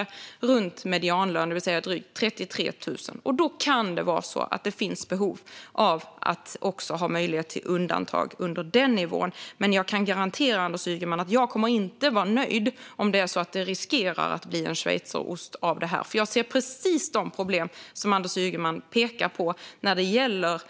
Det är runt medianlön, det vill säga drygt 33 000 kronor. Då kan det vara så att det finns behov av att ha möjlighet till undantag under den nivån. Men jag kan garantera Anders Ygeman att jag inte kommer att vara nöjd om det riskerar att bli en schweizerost av detta. Jag ser precis de problem som Anders Ygeman pekar på när det gäller